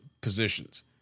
positions